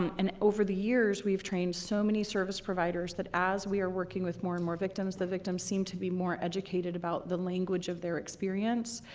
um and over the years we've trained so many service providers that as we are working with more and more victims, the victims seem to be more educated about the language of their experience,